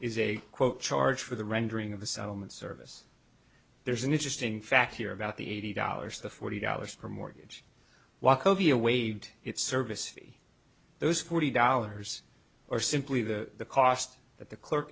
is a quote charge for the rendering of the settlement service there's an interesting fact here about the eighty dollars to forty dollars per mortgage walk of your waived its service fee those forty dollars are simply the cost that the clerk